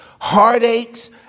heartaches